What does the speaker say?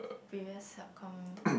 previous subcom